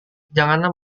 janganlah